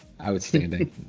Outstanding